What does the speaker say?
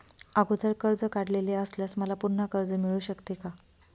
अगोदर कर्ज काढलेले असल्यास मला पुन्हा कर्ज मिळू शकते का?